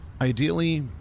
Ideally